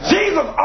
Jesus